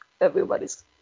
everybody's